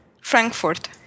Frankfurt